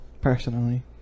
personally